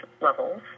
levels